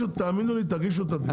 תאמינו לי, תגישו את התביעה.